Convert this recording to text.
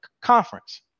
Conference